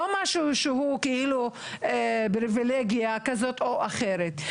זה לא משהו שהוא פריבילגיה כזאת או אחרת.